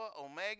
omega